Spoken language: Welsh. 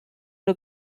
nhw